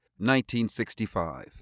1965